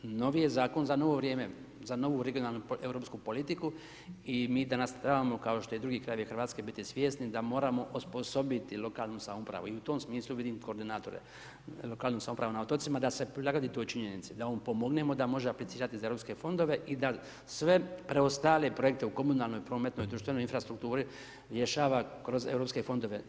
Novi je Zakon za novo vrijeme, za novu regionalnu europsku politiku i mi danas trebamo, kao što i drugi krajevi Hrvatske, biti svjesni da moramo osposobiti lokalnu samoupravu, i u tom smislu vidim koordinatore, lokalnu samoupravu na otocima da se prilagodi toj činjenici, da mu pomognemo da može aplicirati za europske fondove, i da sve preostale projekte u komunalnoj, prometnoj, društvenoj infrastrukturi, rješava kroz europske fondove.